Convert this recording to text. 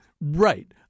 Right